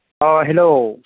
अ hello